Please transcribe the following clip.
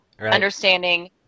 understanding